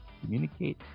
communicate